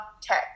tech